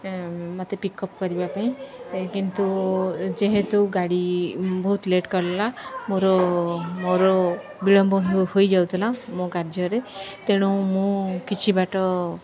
ମୋତେ pick up କରିବା ପାଇଁ କିନ୍ତୁ ଯେହେତୁ ଗାଡ଼ି ବହୁତ ଲେଟ୍ କଲା ମୋର ମୋର ବିଳମ୍ବ ହୋଇଯାଉଥିଲା ମୋ କାର୍ଯ୍ୟରେ ତେଣୁ ମୁଁ କିଛି ବାଟ